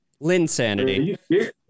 Linsanity